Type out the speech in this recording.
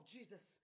Jesus